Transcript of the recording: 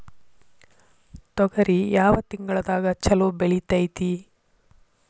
ತೊಗರಿ ಯಾವ ತಿಂಗಳದಾಗ ಛಲೋ ಬೆಳಿತೈತಿ?